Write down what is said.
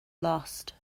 lost